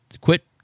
quit